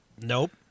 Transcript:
nope